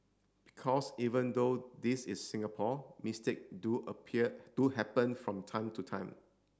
because even though this is Singapore mistake do appear do happen from time to time